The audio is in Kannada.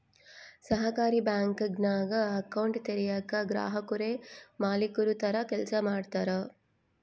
ಸಹಕಾರಿ ಬ್ಯಾಂಕಿಂಗ್ನಾಗ ಅಕೌಂಟ್ ತೆರಯೇಕ ಗ್ರಾಹಕುರೇ ಮಾಲೀಕುರ ತರ ಕೆಲ್ಸ ಮಾಡ್ತಾರ